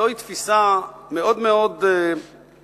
זו תפיסה מאוד מאוד ישראלית,